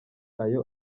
ayo